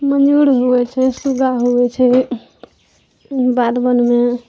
मयूर होइ छै सुगा होइ छै बाध बोनमे